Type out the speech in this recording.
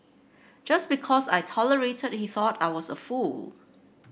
just because I tolerated he thought I was a fool